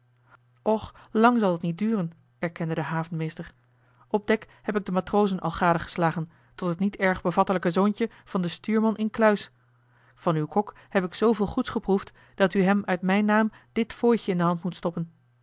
och lang zal het niet duren erkende de havenmeester op dek heb ik de matrozen al gade geslagen tot het niet erg bevattelijke zoontje van den stuurman incluis van uw kok heb ik zooveel goeds geproefd dat u hem uit mijn naam dit fooitje in de hand moet stoppen